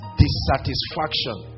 dissatisfaction